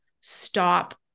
stop